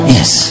Yes